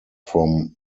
from